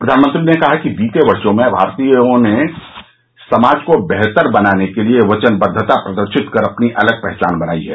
फ्र्यानमंत्री ने कहा कि बीते वर्षों में प्रवासी भारतीयों ने समाज को बेहतर बनाने के लिए वचनबद्वता प्रदर्शित कर अपनी अलग पहचान बनाई है